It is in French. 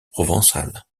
provençale